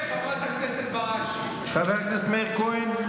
חבר הכנסת מאיר כהן,